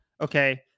Okay